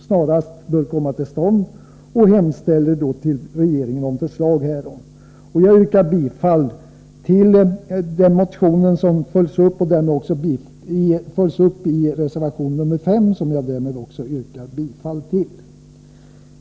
stånd och hemställer till regeringen om förslag härom. Jag yrkar bifall till reservation 5, där motionen i fråga följs upp.